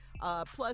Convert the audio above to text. plus